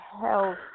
health